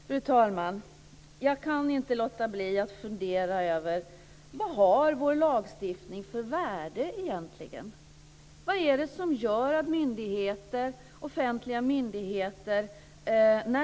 Fru talman! Jag kan inte låta bli att fundera över vilket värde vår lagstiftning egentligen har.